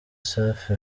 safi